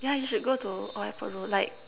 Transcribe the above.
yeah you should go to old-airport-road like